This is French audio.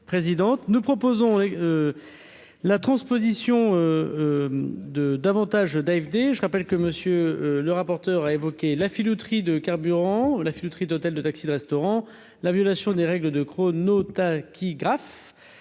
nous proposons la transposition de davantage d'AfD, je rappelle que Monsieur le rapport. A évoqué la filouterie de carburant la filouterie d'hôtel de Taxi de restaurant la violation des règles de Notat